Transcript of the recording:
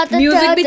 music